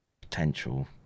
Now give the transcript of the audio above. potential